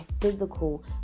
physical